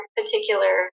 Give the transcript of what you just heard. particular